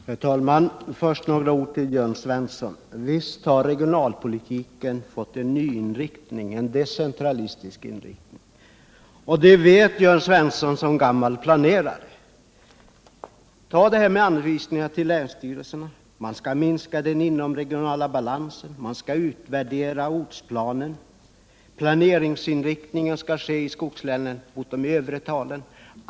Herr talman! Först några ord till Jörn Svensson. Visst har regionalpolitiken fått en nyinriktning, en decentralistisk inriktning. Det vet Jörn Svensson som gammal planerare. Ta som exempel anvisningarna till länsstyrelserna! Man skall minska den inomregionala obalansen, man skall utvärdera ortsplanerna, och planeringen i skogslänen skall inriktas mot de övre talen.